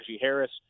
Harris